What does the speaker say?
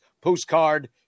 postcard